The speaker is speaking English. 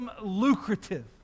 lucrative